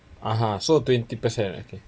[a'ha] so twenty percent okay